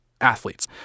athletes